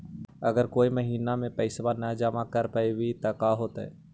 अगर कोई महिना मे पैसबा न जमा कर पईबै त का होतै?